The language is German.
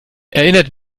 erinnert